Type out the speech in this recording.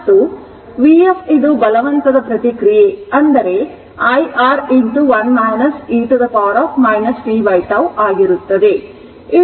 ಮತ್ತು vf ಬಲವಂತದ ಪ್ರತಿಕ್ರಿಯೆ ಅಂದರೆ I R 1 e t tτ ಆಗಿರುತ್ತದೆ